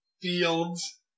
fields